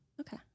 Okay